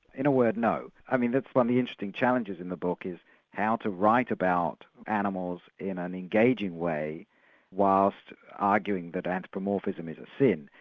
in a word, no. i mean that's one interesting challenges in the book is how to write about animals in an engaging way whilst arguing that anthropomorphism is a sin.